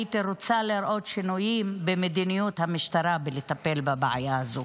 הייתי רוצה לראות שינויים במדיניות המשטרה בטיפול בבעיה הזאת.